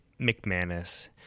McManus